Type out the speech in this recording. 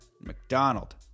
McDonald